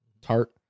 tart